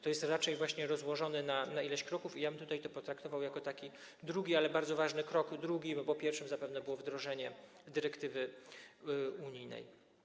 To jest raczej właśnie rozłożone na ileś kroków i ja bym to potraktował jako taki drugi, ale bardzo ważny krok - drugi, bo pierwszym zapewne było wdrożenie dyrektywy unijnej.